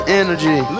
energy